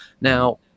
now